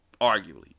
Arguably